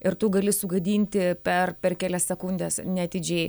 ir tu gali sugadinti per per kelias sekundes neatidžiai